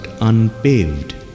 unpaved